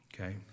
Okay